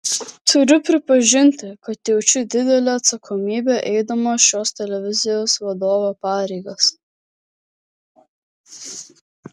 turiu pripažinti kad jaučiu didelę atsakomybę eidamas šios televizijos vadovo pareigas